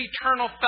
eternal